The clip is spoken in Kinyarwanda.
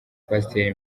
pastor